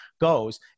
goes